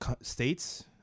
states